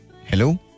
Hello